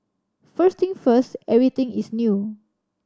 first thing first everything is new